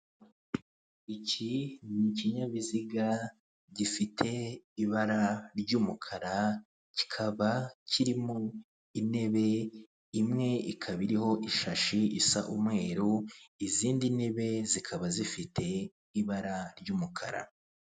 Iki ni ikinyabiziga gifite ibara ry'umukara kikaba kirimo intebe imwe ikaba iriho ishashi isa umweru izindi ntebe zikaba zifite ibara ry'umukara.